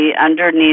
underneath